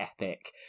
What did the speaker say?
epic